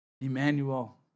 Emmanuel